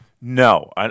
No